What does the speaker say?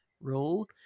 rule